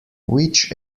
which